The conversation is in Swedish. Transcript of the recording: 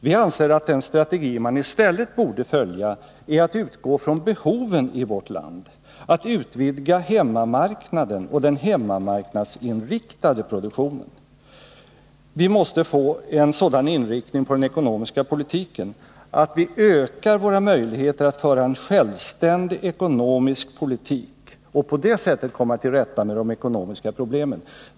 Vi anser att den strategi som vi i stället borde följa måste utgå ifrån behoven i vårt land att utvidga hemmamarknaden och den hemmamarknadsinriktade produktionen. Vi måste få en sådan inriktning av den ekonomiska politiken att vi ökar våra möjligheter att föra en självständig ekonomisk politik och att på det sättet komma till rätta med de ekonomiska problemen.